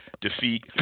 defeat